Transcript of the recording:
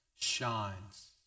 shines